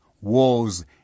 wars